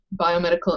biomedical